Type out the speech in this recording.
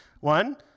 One